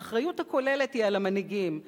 האחריות הכוללת היא על המנהיגים,